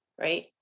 right